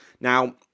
Now